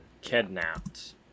kidnapped